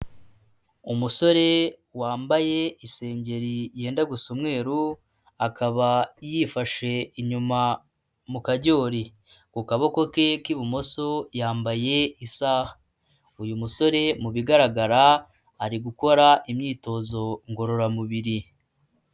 Umusore wambaye isengeri yenda gusa umweru akaba yifashe inyuma mu kajyori, ku kaboko ke k'ibumoso yambaye isaha, uyu musore mu bigaragara ari gukora imyitozo ngororamubiri.